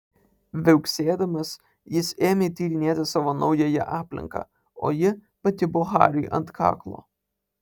viauksėdamas jis ėmė tyrinėti savo naująją aplinką o ji pakibo hariui ant kaklo